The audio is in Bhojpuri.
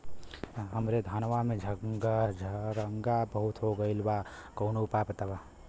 हमरे धनवा में झंरगा बहुत हो गईलह कवनो उपाय बतावा?